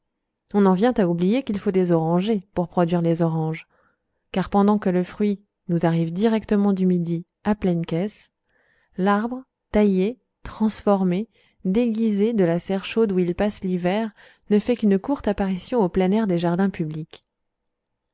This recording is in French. on en vient à oublier qu'il faut des orangers pour produire les oranges car pendant que le fruit nous arrive directement du midi à pleines caisses l'arbre taillé transformé déguisé de la serre chaude où il passe l'hiver ne fait qu'une courte apparition au plein air des jardins publics